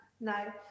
no